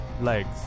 legs